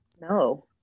No